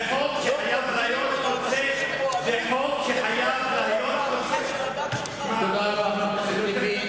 זה ביטוי שחבר הכנסת צרצור צריך לחזור ממנו.